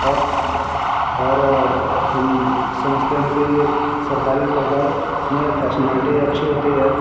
और और हम समझते हैं कि सरकारी अस्पताल में फेसनैल्टी अच्छी होती है